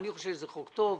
אני חושב שזה חוק טוב,